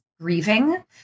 grieving